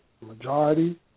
majority